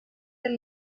del